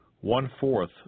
one-fourth